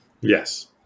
Yes